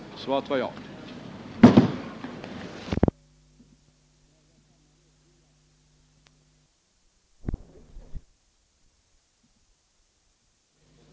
Statsministerns anmälan lades till handlingarna.